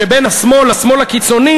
שבין השמאל לשמאל הקיצוני,